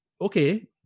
okay